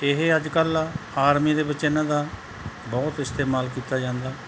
ਇਹ ਅੱਜ ਕੱਲ੍ਹ ਆਰਮੀ ਦੇ ਵਿੱਚ ਇਹਨਾਂ ਦਾ ਬਹੁਤ ਇਸਤੇਮਾਲ ਕੀਤਾ ਜਾਂਦਾ